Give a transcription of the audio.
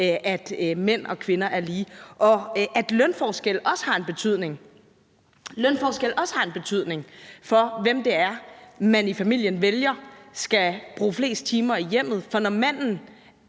at mænd og kvinder er lige, og at lønforskel også har en betydning for, hvem det er, man i familien vælger skal bruge flest timer i hjemmet. For når manden